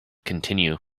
continue